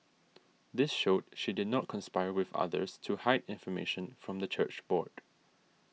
this showed she did not conspire with others to hide information from the church board